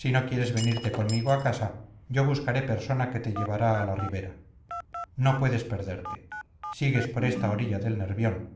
si no quieres venirte conmigo a casa yo buscaré persona que te llevará a la ribera no puedes perderte sigues por esta orilla del nervión